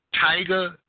Tiger